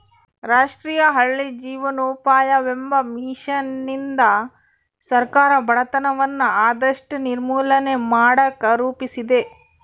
ರಾಷ್ಟ್ರೀಯ ಹಳ್ಳಿ ಜೀವನೋಪಾಯವೆಂಬ ಮಿಷನ್ನಿಂದ ಸರ್ಕಾರ ಬಡತನವನ್ನ ಆದಷ್ಟು ನಿರ್ಮೂಲನೆ ಮಾಡಕ ರೂಪಿಸಿದೆ